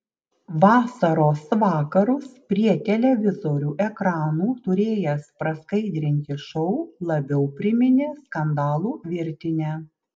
vasaros vakarus prie televizorių ekranų turėjęs praskaidrinti šou labiau priminė skandalų virtinę